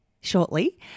shortly